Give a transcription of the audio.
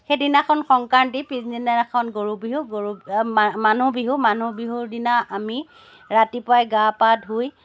সেইদিনাখন সংক্ৰান্তি পিছদিনাখন গৰু বিহু গৰু মানুহ বিহু মানুহ বিহুৰ দিনা আমি ৰাতিপুৱাই গা পা ধুই